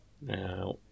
Now